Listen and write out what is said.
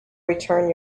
return